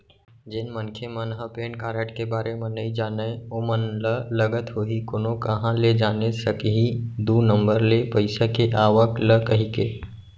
जेन मनखे मन ह पेन कारड के बारे म नइ जानय ओमन ल लगत होही कोनो काँहा ले जाने सकही दू नंबर ले पइसा के आवक ल कहिके